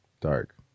dark